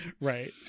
right